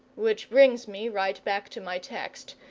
which brings me right back to my text,